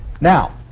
now